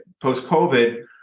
post-COVID